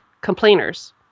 complainers